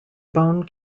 bone